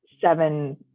seven